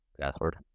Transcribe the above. password